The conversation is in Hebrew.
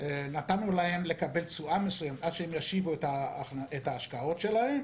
נתנו להם לקבל תשואה מסוימת עד שהם ישיבו את ההשקעות שלהם,